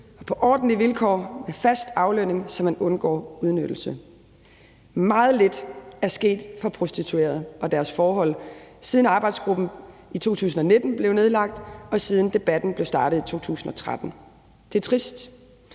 på ordentlige vilkår med fast aflønning, så man undgår udnyttelse. Meget lidt er sket for prostituerede og deres forhold, siden arbejdsgruppen i 2019 blev nedlagt, og siden debatten blev startet i 2013. Det er trist.